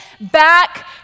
back